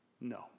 No